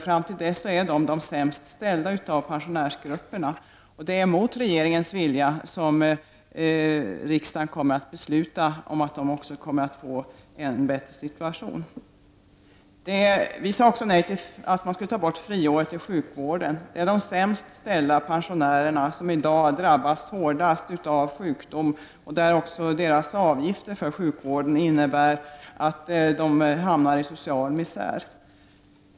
Fram till dess är de ändå de sämst ställda av pensionärsgrupperna. Det är mot regeringens vilja riksdagen kommer att besluta om att också de skall få en bättre situation. Vi sade också nej till att ta bort friåret i sjukvården. Det är de pensionärerna som i dag drabbas hårdast av sjukdom. Deras avgifter för sjukdomen kan innebära att de hamnar i social misär.